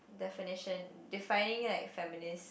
definitions defining like feminist